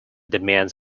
demands